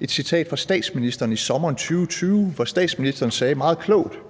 et citat fra statsministeren i sommeren 2020, hvor statsministeren meget klogt sagde: